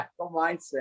mindset